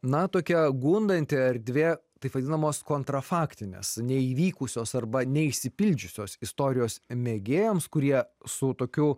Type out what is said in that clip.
na tokia gundanti erdvė taip vadinamos kontrofaktinės neįvykusios arba neišsipildžiusios istorijos mėgėjams kurie su tokiu